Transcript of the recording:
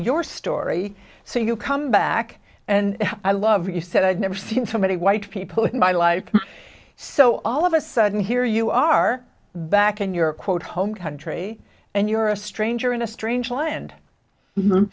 your story so you come back and i love you said i've never seen so many white people in my life so all of a sudden here you are back in your quote home country and you're a stranger in a strange land